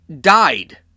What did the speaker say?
died